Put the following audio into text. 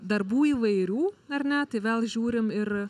darbų įvairių ar ne tai vėl žiūrim ir